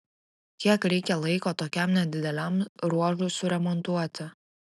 kiek reikia laiko tokiam nedideliam ruožui suremontuoti